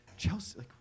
Chelsea